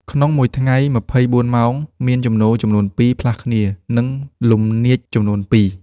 ក្នុងមួយថ្ងៃ ២៤ ម៉ោង មានជំនោរចំនួនពីរផ្លាស់គ្នា និងលំនាចចំនួនពីរ ។